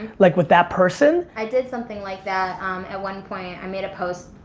like with that person. i did something like that at one point. i made a post.